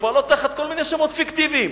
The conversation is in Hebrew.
שפועלות תחת כל מיני שמות פיקטיביים: